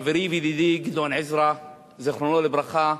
חברי וידידי גדעון עזרא, זיכרונו לברכה,